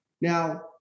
Now